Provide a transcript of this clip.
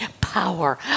power